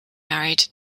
married